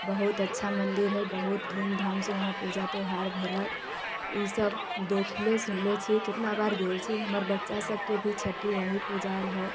बहुत अच्छा मन्दिर हय बहुत धूमधामसँ उहाँ पूजा त्योहार भेलक ई सभ देखले सुनले छी केतना बार गेल छी हमर बच्चा सभके भी छठि वहीं पुजाइल हय